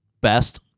best